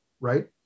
right